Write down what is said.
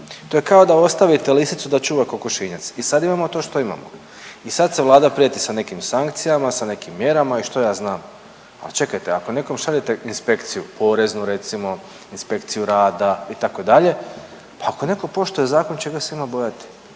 To je kao da ostavite lisicu da čuva kokošinjac. I sad imamo to što imamo. I sad se Vlada prijeti sa nekim sankcijama, sa nekim mjerama i što ja znam, ali čekajte ako nekom šaljete inspekciju poreznu recimo, inspekciju rada itd., pa ako neko poštuje zakon čega se ima bojati,